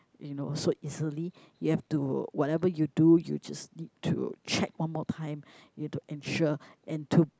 you know so easily you have to whatever you do you just need to check one more time you have to ensure and to